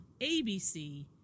ABC